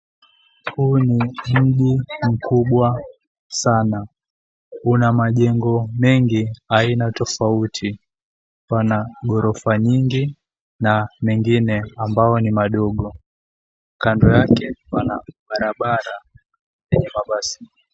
Huu ni mji mkubwa sana. Una majengo mengi, aina tofauti. Pana ghorofa nyingi na mengine ambao ni madogo. Kando yake pana barabara yenye mabasi.